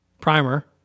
Primer